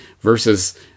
versus